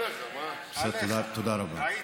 טעית.